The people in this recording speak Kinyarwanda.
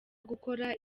gukora